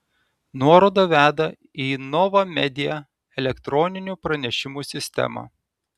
nuoroda veda į nova media elektroninių pranešimų sistemą